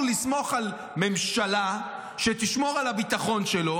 לסמוך על ממשלה שתשמור על הביטחון שלו,